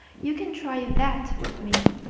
you can try that with me.